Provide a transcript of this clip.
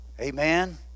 amen